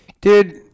dude